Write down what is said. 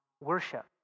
worship